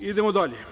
Idemo dalje.